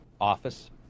office